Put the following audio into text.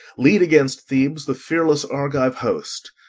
lead against thebes the fearless argive host.